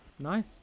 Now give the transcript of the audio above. Nice